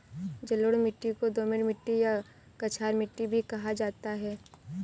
जलोढ़ मिट्टी को दोमट मिट्टी या कछार मिट्टी भी कहा जाता है